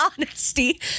honesty